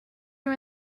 are